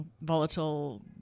Volatile